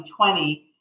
2020